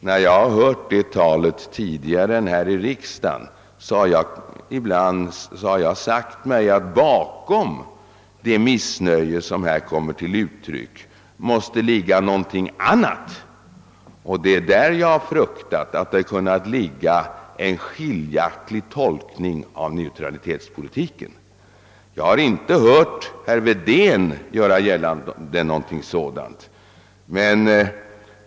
När jag tidigare utanför riksdagen har hört det talet, har jag sagt mig att det bakom det missnöje som i dessa sammanhang kommit till uttryck måste ligga något annat. Vad jag har fruktat är att det kunde ligga en skiljaktig tolkning av vår neutralitetspolitik bakom. Jag har dock inte hört herr Wedén göra något sådant gällande.